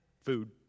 food